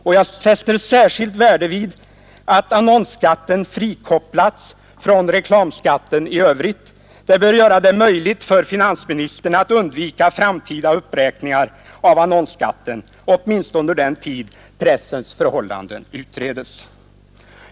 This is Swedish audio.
Särskilt 44 värde fäster jag vid att annonsskatten frikopplats från reklamskatten i övrigt. Detta bör göra det möjligt för finansministern att undvika framtida uppräkningar av annonsskatten, åtminstone under den tid då pressens förhållanden utredes.